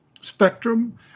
spectrum